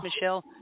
Michelle